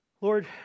Lord